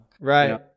Right